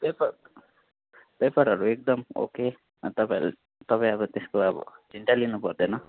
paper पेपरहरू एकदम okay तपाईँहरू तपाईँ अब त्यसको अब चिन्तै लिनुपर्दैन